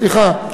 סליחה.